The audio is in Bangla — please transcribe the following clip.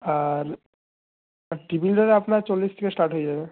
আর আর ট্রিপল ডোরের আপনার চল্লিশ থেকে স্টার্ট হয়ে যাবে